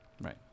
right